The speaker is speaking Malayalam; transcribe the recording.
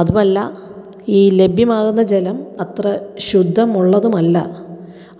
അതുമല്ല ഈ ലഭ്യമാകുന്ന ജലം അത്ര ശുദ്ധമുള്ളതുമല്ല